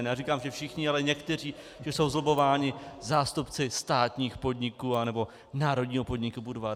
Neříkám, že všichni, ale někteří že jsou zlobbovaní zástupci státních podniků anebo národního podniku Budvar.